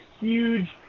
huge